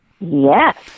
Yes